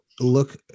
look